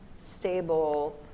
stable